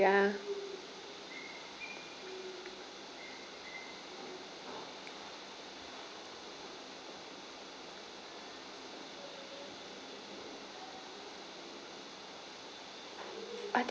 ya I think